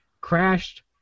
crashed